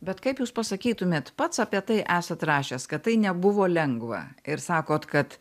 bet kaip jūs pasakytumėt pats apie tai esat rašęs kad tai nebuvo lengva ir sakot kad